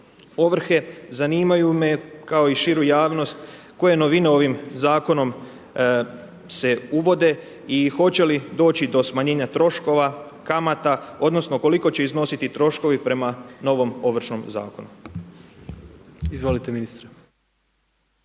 ovrhe. Zanimaju me, kao i širu javnost koje novine ovim Zakonom se uvode i hoće li doći do smanjenja troškova, kamata, odnosno koliko će iznositi troškovi prema novom Ovršnom zakonu. **Jandroković,